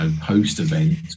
post-event